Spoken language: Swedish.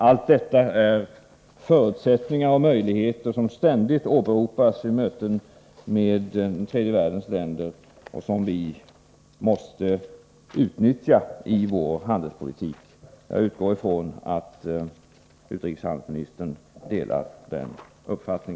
Allt detta är förutsättningar och möjligheter som ständigt åberopas vid möten med företrädare för tredje världens länder och som vi måste använda som grund i handelsumgänget med tredje världens länder. Jag utgår från att utrikeshandelsministern delar denna uppfattning.